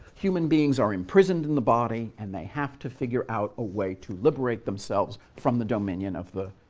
human beings are imprisoned in the body, and they have to figure out a way to liberate themselves from the dominion of the